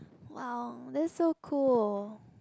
!wow! that's so cool